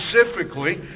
specifically